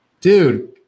Dude